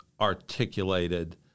articulated